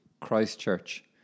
Christchurch